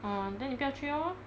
orh then 你不要去 lor